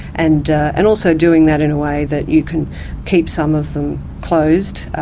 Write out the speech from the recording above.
and and also doing that in a way that you can keep some of them closed,